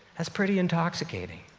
that's pretty intoxicating.